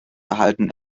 erhalten